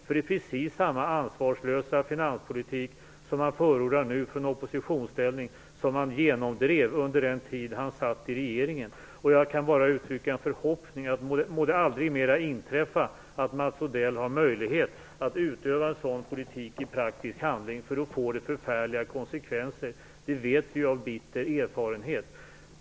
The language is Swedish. Det är precis samma ansvarslösa finanspolitik som han förordar nu i oppositionsställning som han genomdrev under den tid han satt i regeringen. Jag kan bara uttrycka en förhoppning om att det aldrig mer må inträffa att Mats Odell har möjlighet att utöva en sådan politik i praktisk handling, därför att det får förfärliga konsekvenser - det vet vi av bitter erfarenhet.